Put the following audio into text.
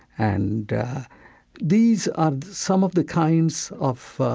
and these are some of the kinds of